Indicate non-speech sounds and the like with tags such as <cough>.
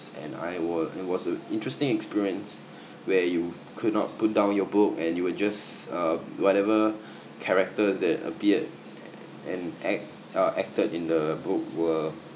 and I was it was an interesting experience <breath> where you could not put down your book and you would just uh whatever <breath> characters that appeared and act uh acted in the book were